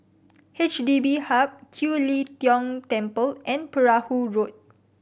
H D B Hub Kiew Lee Tong Temple and Perahu Road